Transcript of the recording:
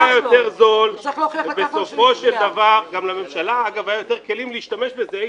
המחיר היה יותר זול ובסופו של דבר לממשלה היו יותר כלים להשתמש בזה.